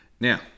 Now